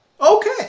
Okay